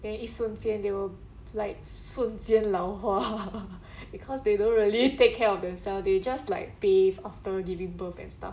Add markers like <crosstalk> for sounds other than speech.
then 一瞬间 they will like 瞬间老化 <laughs> because they don't really take care of themselves they just like bathe after giving birth and stuff